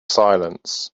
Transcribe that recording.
silence